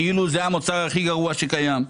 כאילו זה המוצר הכי גרוע שקיים.